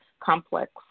complex